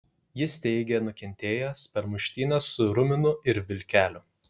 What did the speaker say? jis teigė nukentėjęs per muštynes su ruminu ir vilkeliu